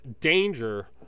danger